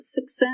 success